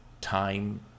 time